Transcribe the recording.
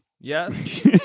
Yes